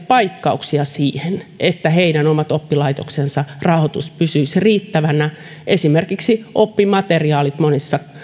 paikkauksia siihen että heidän omien oppilaitostensa rahoitus pysyisi riittävänä esimerkiksi oppimateriaalit monissa